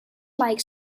like